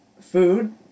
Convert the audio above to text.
food